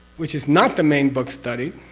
which is not the main book studied,